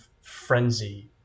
frenzy